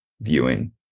viewing